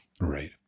Right